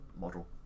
model